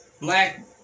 black